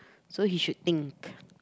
so he should think